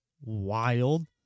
wild